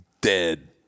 dead